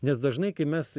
nes dažnai kai mes